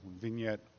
vignette